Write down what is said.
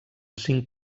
cinc